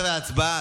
חבר'ה, הצבעה.